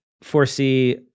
foresee